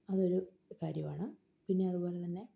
അതൊരു കാര്യമാണ് പിന്നെ അതുപോലെതന്നെ